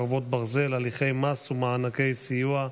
חרבות ברזל) (הליכי מס ומענקי סיוע),